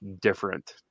different